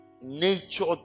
nature